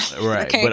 Right